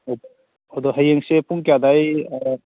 ꯑꯣ ꯑꯗꯨ ꯍꯌꯦꯡꯁꯤ ꯄꯨꯡ ꯀꯌꯥ ꯑꯗꯨꯋꯥꯏ